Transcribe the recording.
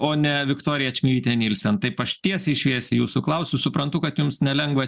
o ne viktorija čmilytė nilsen taip aš tiesiai šviesiai jūsų klausiu suprantu kad jums nelengva